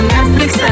Netflix